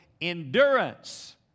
endurance